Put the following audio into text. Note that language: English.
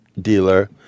dealer